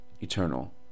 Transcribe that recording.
eternal